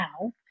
now